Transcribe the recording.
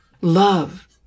love